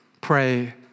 pray